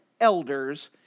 elders